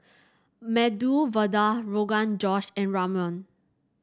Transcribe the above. Medu Vada Rogan Josh and Ramyeon